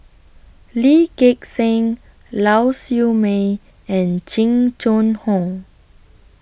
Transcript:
Lee Gek Seng Lau Siew Mei and Jing Jun Hong